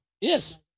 Yes